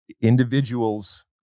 individuals